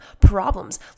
problems